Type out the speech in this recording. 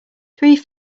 three